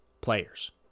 players